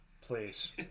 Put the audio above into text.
please